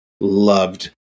loved